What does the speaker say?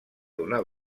donar